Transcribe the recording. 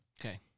Okay